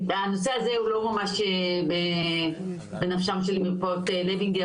הנושא הזה הוא לא ממש בנפשם של מרפאות לוינגר,